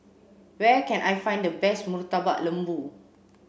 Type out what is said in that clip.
where can I find the best Murtabak Lembu